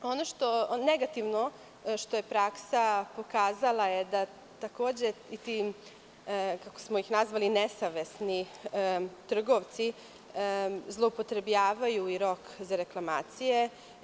Ono što je negativno i što je praksa pokazala da takođe i ti, kako smo ih nazvali, nesavesni trgovci zloupotrebljavaju i rok za reklamacije.